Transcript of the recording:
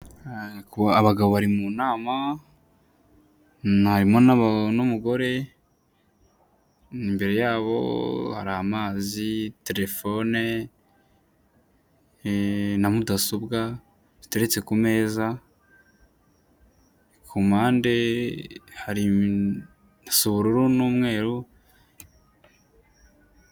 Abagabo bari mu inama harimo n'umugore, imbere yabo hari amazi, terefone, na mudasobwa, biteretse ku meza ku mpande hari hasa ubururu n'umweru